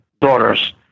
daughters